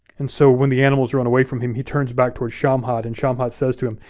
and so when the animals run away from him, he turns back toward shamhat and shamhat says to him,